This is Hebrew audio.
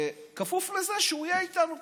כפוף לזה שהוא יהיה איתנו פה.